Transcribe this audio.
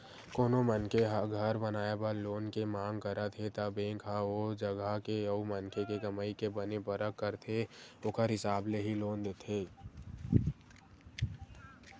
कोनो मनखे ह घर बनाए बर लोन के मांग करत हे त बेंक ह ओ जगा के अउ मनखे के कमई के बने परख करथे ओखर हिसाब ले ही लोन देथे